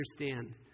understand